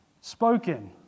spoken